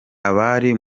abari